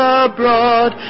abroad